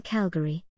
Calgary